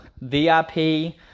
VIP